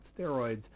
steroids